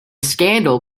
scandal